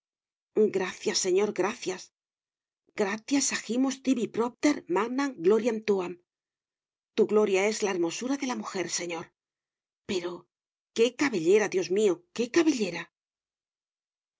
gracias señor gracias gratias agimus tibi propter magnam gloriam tuam tu gloria es la hermosura de la mujer señor pero qué cabellera dios mío qué cabellera